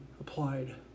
applied